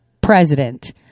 president